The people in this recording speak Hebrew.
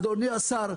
אדוני השר,